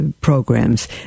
programs